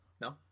No